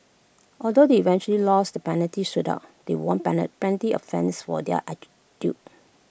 although they eventually lost the penalty shootout they won plenty of fans for their attitude